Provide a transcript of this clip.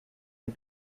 had